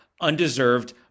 undeserved